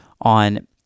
on